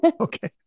Okay